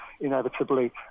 inevitably